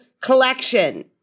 collection